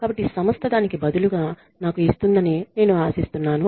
కాబట్టి సంస్థ దానికి బదులుగా నాకు ఇస్తుందని నేను ఆశిస్తున్నాను